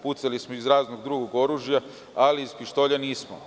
Pucali smo iz raznog drugog oružja ali iz pištolja nismo.